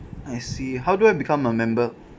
I see how do I become a member